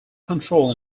control